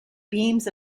beams